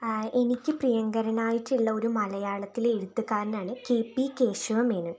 എനിക്ക് പ്രിയങ്കരനായിട്ടുള്ള ഒരു മലയാളത്തിലെ എഴുത്തുകാരനാണ് കെ പി കേശവ മേനോൻ